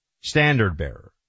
standard-bearer